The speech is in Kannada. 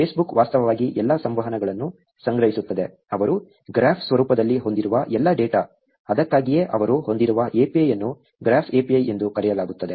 Facebook ವಾಸ್ತವವಾಗಿ ಎಲ್ಲಾ ಸಂವಹನಗಳನ್ನು ಸಂಗ್ರಹಿಸುತ್ತದೆ ಅವರು ಗ್ರಾಫ್ ಸ್ವರೂಪದಲ್ಲಿ ಹೊಂದಿರುವ ಎಲ್ಲಾ ಡೇಟಾ ಅದಕ್ಕಾಗಿಯೇ ಅವರು ಹೊಂದಿರುವ API ಅನ್ನು ಗ್ರಾಫ್ API ಎಂದೂ ಕರೆಯಲಾಗುತ್ತದೆ